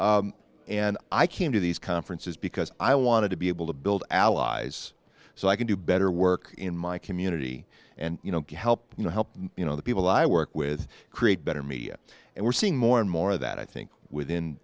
and i came to these conferences because i wanted to be able to build allies so i can do better work in my community and you know help you know help you know the people i work with create better media and we're seeing more and more of that i think within